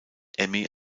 emmy